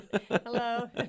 Hello